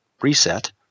reset